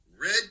Red